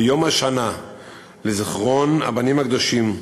ביום השנה לזיכרון הבנים הקדושים,